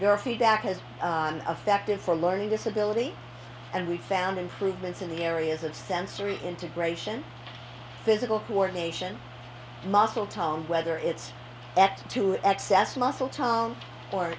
your feedback has affected for learning disability and we've found improvements in the areas of sensory integration physical coordination muscle tone whether it's to excess muscle tone or